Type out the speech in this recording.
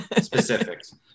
specifics